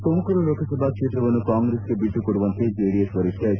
ತುಮಕೂರು ಲೋಕಸಭಾ ಕ್ಷೇತ್ರವನ್ನು ಕಾಂಗ್ರೆಸ್ಗೆ ಬಿಟ್ಟಕೊಡುವಂತೆ ಜೆಡಿಎಸ್ ವರಿಷ್ಠ ಎಚ್